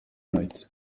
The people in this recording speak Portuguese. noite